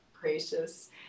gracious